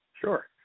sure